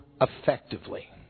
effectively